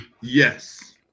yes